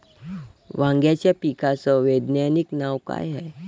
वांग्याच्या पिकाचं वैज्ञानिक नाव का हाये?